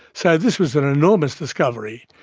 so this was an an enormous discovery,